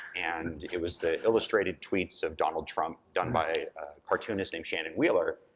and it was the illustrated tweets of donald trump done by cartoonist named shannon wheeler.